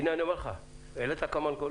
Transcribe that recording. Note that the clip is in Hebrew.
העלית כמה נקודות,